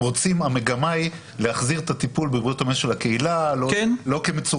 המגמה היא להחזיר את הטיפול בבריאות הנפש לקהילה לא כמצורעים.